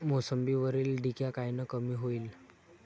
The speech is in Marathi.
मोसंबीवरील डिक्या कायनं कमी होईल?